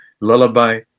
lullaby